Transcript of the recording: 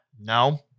No